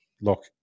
look